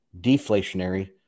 deflationary